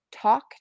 talk